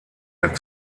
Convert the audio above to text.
der